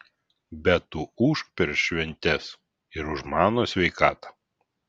bet tu ūžk per šventes ir už mano sveikatą